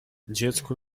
dziecku